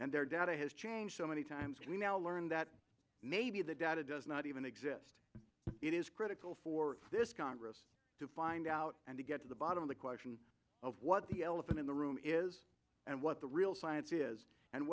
and their data has changed so many times we now learn that maybe the data does not even exist it is critical for this congress to find out and to get to the bottom of the question of what the elephant in the room is and what the real science is and